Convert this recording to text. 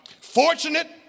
Fortunate